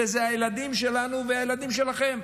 שהם הילדים שלנו והילדים שלכם,